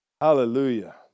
Hallelujah